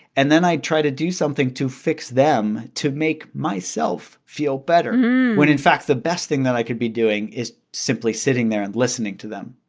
and then i try to do something to fix them to make myself feel better when, in fact, the best thing that i could be doing is simply sitting there and listening to them.